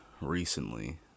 recently